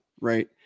right